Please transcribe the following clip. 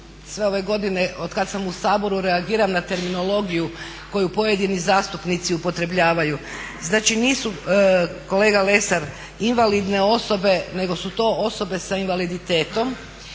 sve ove godine od kada sam u Saboru reagiram na terminologiju koju pojedini zastupnici upotrebljavaju. Znači kolega Lesar, invalidne osobe nego su to osobe s invaliditetom